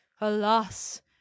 alas